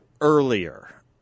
earlier